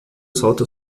salta